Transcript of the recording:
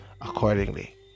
accordingly